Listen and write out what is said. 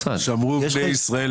במה שבא לי.